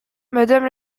madame